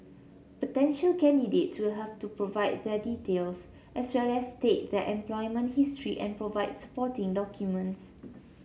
potential candidates will have to provide their details as well as state their employment history and provide supporting documents